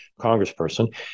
congressperson